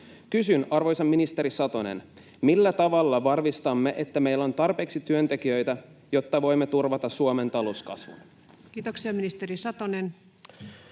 Kysyn, arvoisa ministeri Satonen: millä tavalla varmistamme, että meillä on tarpeeksi työntekijöitä, jotta voimme turvata Suomen talouskasvun? Kiitoksia. — Ministeri Satonen.